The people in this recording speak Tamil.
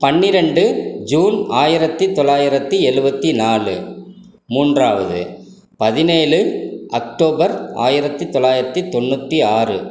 பன்னிரண்டு ஜூன் ஆயிரத்தி தொள்ளாயிரத்தி எழுவத்தி நாலு மூன்றாவது பதினேழு அக்டோபர் ஆயிரத்தி தொள்ளாயிரத்தி தொண்ணூற்றி ஆறு